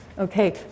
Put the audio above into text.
Okay